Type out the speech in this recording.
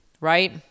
right